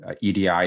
EDI